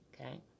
Okay